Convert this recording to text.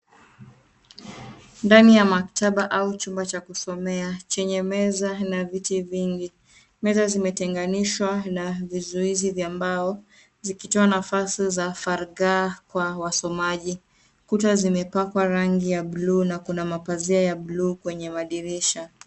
Ndani ya maktaba au chumba cha kusomea, chenye meza na viti vingi. Meza zimetenganishwa na vizuizi vya mbao, zikitoa nafasi za faragaa kwa wasomaji. Kuta zimepakwa rangi ya bluu na kuna mapazia ya bluu kwenye madirisha.